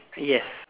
yes